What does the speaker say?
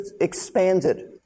expanded